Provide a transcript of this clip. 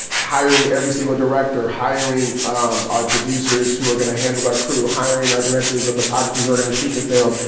hiring every single director. hiring um our producers who are going to handle our crew. hiring our directors of photography who are going to shoot the film.